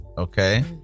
Okay